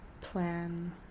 plan